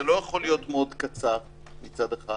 זה לא יכול להיות מאוד קצר מצד אחד